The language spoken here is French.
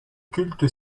culte